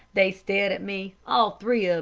they stared at me, all three of